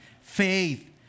faith